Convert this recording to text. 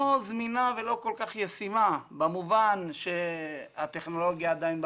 זמינה ולא כל כך ישימה במובן שהטכנולוגיה עדיין בחיתולים,